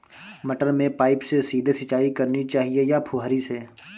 मटर में पाइप से सीधे सिंचाई करनी चाहिए या फुहरी से?